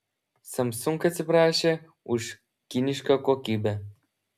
samsung atsiprašė už kinišką kokybę